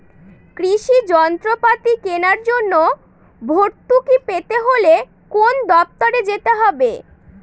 কৃষি যন্ত্রপাতি কেনার জন্য ভর্তুকি পেতে হলে কোন দপ্তরে যেতে হবে?